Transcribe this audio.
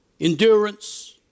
endurance